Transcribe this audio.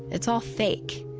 it's all fake.